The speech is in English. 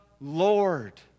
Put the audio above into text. Lord